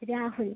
Rahul